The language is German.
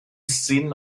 szenen